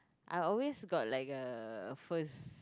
I always got like a first